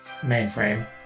mainframe